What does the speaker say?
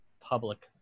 public